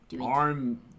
arm